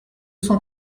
cent